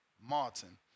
Martin